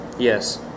Yes